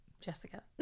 Jessica